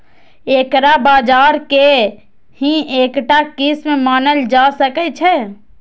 एकरा बाजार के ही एकटा किस्म मानल जा सकै छै